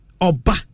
Oba